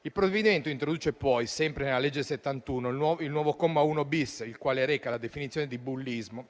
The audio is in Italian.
Il provvedimento introduce poi, sempre nella legge n. 71, il nuovo comma 1-*bis*, il quale reca la definizione di bullismo,